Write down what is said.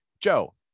Joe